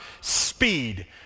speed